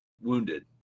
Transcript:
wounded